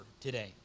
today